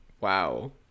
Wow